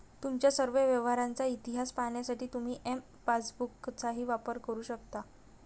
तुमच्या सर्व व्यवहारांचा इतिहास पाहण्यासाठी तुम्ही एम पासबुकचाही वापर करू शकता